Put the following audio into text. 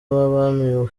w’abami